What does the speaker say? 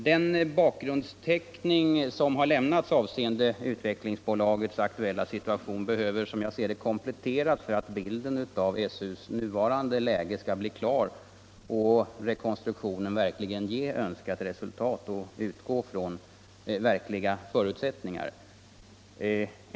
Den bakgrundsteckning som har lämnats avseende Utvecklingsbolagets aktuella situation behöver, som jag ser det, kompletteras. För att bilden av SU:s nuvarande läge skall bli klar och för att rekonstruktionen skall ge önskat resultat måste man utgå från verkliga förutsättningar.